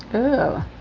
oh,